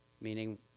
meaning